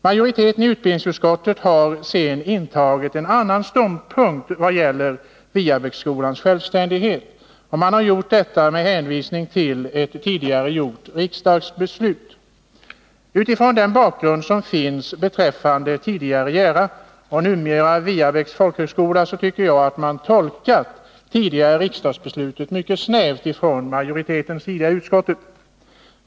Majoriteten i utbildningsutskottet har sedan intagit en annan ståndpunkt i vad gäller Viebäcksskolans självständighet. Man har gjort detta med hänvisning till ett tidigare riksdagsbeslut. Med hänsyn till den bakgrund som finns beträffande tidigare Jära och numera Viebäcks folkhögskola tycker jag att man från majoritetens sida i utskottet tolkat det tidigare riksdagsbeslutet mycket snävt.